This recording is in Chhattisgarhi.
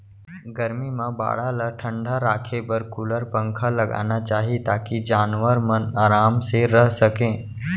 गरमी म बाड़ा ल ठंडा राखे बर कूलर, पंखा लगाना चाही ताकि जानवर मन आराम से रह सकें